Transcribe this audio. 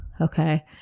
Okay